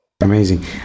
amazing